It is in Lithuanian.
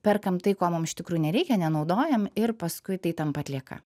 perkame tai ko mum iš tikrųjų nereikia nenaudojam ir paskui tai tampa atlieka